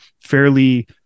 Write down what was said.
fairly